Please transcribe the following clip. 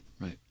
Right